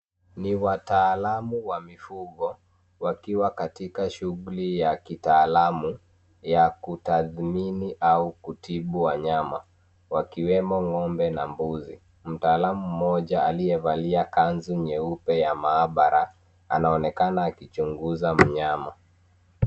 Ni wataalamu wa mifugo, wakiwa katika shughuli ya kitaalamu ya kutathmini au kutibu wanyama, wakiwemo ng'ombe na mbuzi. Mtaalamu mmoja aliyevalia kanzu nyeupe ya maabara, anaonekana akichunguza mnyama.